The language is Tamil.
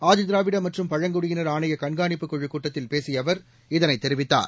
ஆதிதிராவிட மற்றும் பழங்குடியினர் ஆணைய கண்காணிப்புக் குழுக் கூட்டத்தில் பேசிய அவர் இதனைத் தெரிவித்தார்